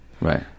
Right